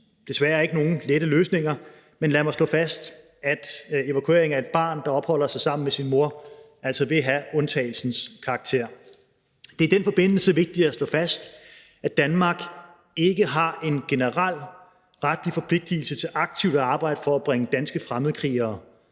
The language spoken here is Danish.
desværre ikke nogen lette løsninger. Men lad mig slå fast, at evakuering af et barn, der opholder sig sammen med sin mor, vil have undtagelsens karakter. Det er i den forbindelse vigtigt at slå fast, at Danmark ikke har en generel retlig forpligtigelse til aktivt at arbejde for at bringe danske fremmedkrigere